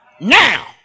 now